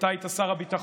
אתה היית שר הביטחון,